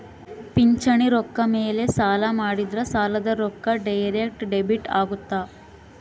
ಪಿಂಚಣಿ ರೊಕ್ಕ ಮೇಲೆ ಸಾಲ ಮಾಡಿದ್ರಾ ಸಾಲದ ರೊಕ್ಕ ಡೈರೆಕ್ಟ್ ಡೆಬಿಟ್ ಅಗುತ್ತ